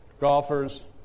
golfers